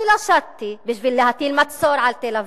אני לא שטתי בשביל להטיל מצור על תל-אביב.